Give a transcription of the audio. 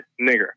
nigger